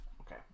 Okay